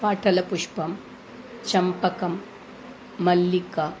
पाटलपुष्पं चम्पकं मल्लिका